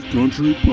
Country